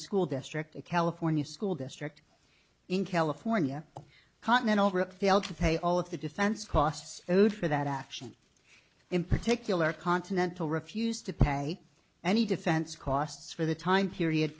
school district of california school district in california continent over it failed to pay all of the defense costs owed for that action in particular continental refused to pay any defense costs for the time period